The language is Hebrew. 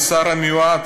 השר המיועד,